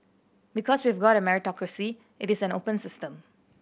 because we've got a meritocracy it is an open system